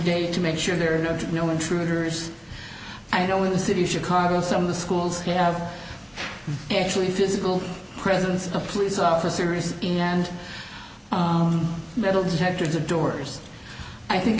day to make sure there are no to no intruders i know in the city of chicago some of the schools have actually physical presence of police officers in and metal detectors the doors i think